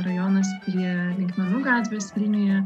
rajonas prie linkmenų gatvės vilniuje